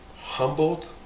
humbled